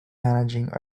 managing